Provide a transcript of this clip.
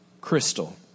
crystal